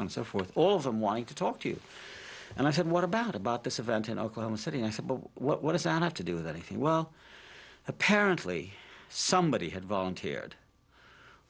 and so forth all of them wanting to talk to you and i said what about about this event in oklahoma city i said what does an have to do that he well apparently somebody had volunteered